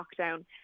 lockdown